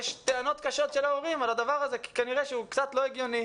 יש טענות קשות של ההורים על הדבר הזה כי כנראה שהוא קצת לא הגיוני.